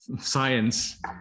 science